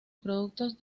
productos